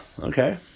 okay